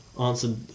answered